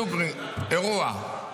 דוגרי, אירוע.